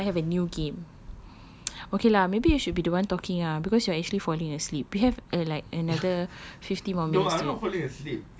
oh anyway now I have a new game okay lah maybe you should be the one talking ah because you are actually falling asleep we have err like another fifty more minutes to it